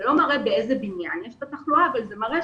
זה לא מראה באיזה בניין יש את התחלואה אבל זה מראה